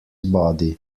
body